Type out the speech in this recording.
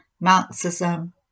Marxism